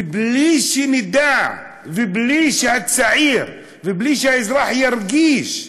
ובלי שנדע, ובלי שהצעיר, ובלי שהאזרח ירגיש,